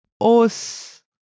os